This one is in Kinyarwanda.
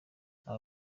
aba